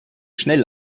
schnell